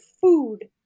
food